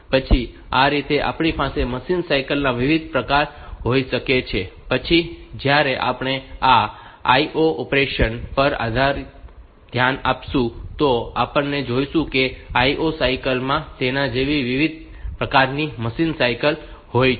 પછી આ રીતે આપણી પાસે મશીન સાયકલ ના વિવિધ પ્રકાર હોઈ શકે છે પછી જ્યારે આપણે આ IO ઓપરેશન પર ધ્યાન આપીશું તો આપણે જોઈશું કે IO સાયકલ માં તેના જેવી વિવિધ પ્રકારની મશીન સાયકલ હોય છે